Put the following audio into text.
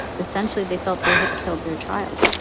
essentially, they felt they had killed their child